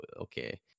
Okay